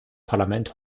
parlament